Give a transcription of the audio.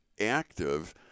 active